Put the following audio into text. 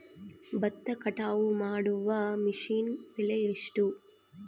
ಭತ್ತ ಕಟಾವು ಮಾಡುವ ಮಿಷನ್ ಬೆಲೆ ಎಷ್ಟು?